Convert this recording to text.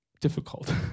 difficult